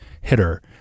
hitter